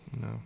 No